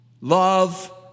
love